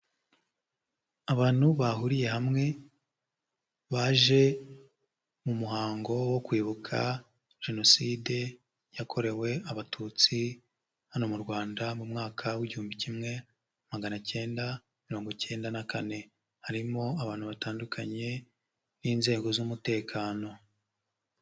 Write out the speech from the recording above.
Abantu bahuriye hamwe baje mu muhango wo kwibuka Jenoside yakorewe Abatutsi hano mu Rwanda mu mwaka w'igihumbi kimwe magana cyenda mirongo cyenda na kane, harimo abantu batandukanye n'inzego z'umutekano.